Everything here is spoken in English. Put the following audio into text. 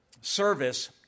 service